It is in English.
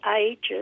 ages